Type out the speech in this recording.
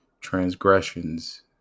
transgressions